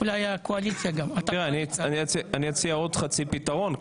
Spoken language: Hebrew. אולי הקואליציה גם --- אני אציע עוד חצי פתרון.